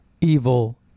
evil